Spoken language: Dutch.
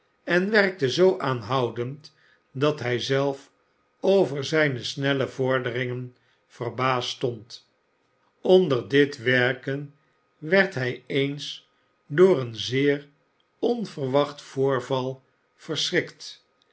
en werkte zoo aanhoudend dat hij zelf over zijne snelle vorderingen verbaasd stond onder dit werken werd hij eens door een zeer onverwacht voorval verschrikt